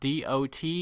dot